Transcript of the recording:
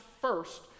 first